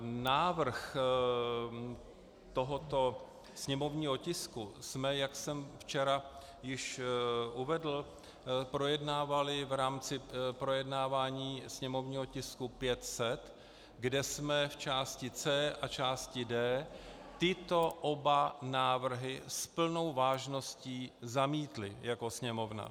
Návrh tohoto sněmovního tisku jsme, jak jsem již včera uvedl, projednávali v rámci projednávání sněmovního tisku 500, kde jsme v části C a části D tyto oba návrhy s plnou vážností zamítli jako Sněmovna.